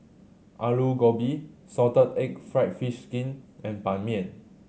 Aloo Gobi salted egg fried fish skin and Ban Mian